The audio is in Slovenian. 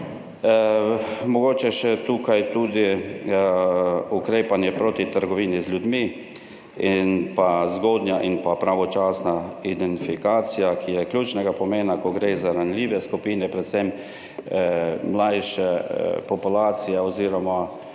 Mogoče še tukaj tudi ukrepanje proti trgovini z ljudmi in pa zgodnja in pravočasna identifikacija, ki je ključnega pomena, ko gre za ranljive skupine, predvsem mlajše populacije oziroma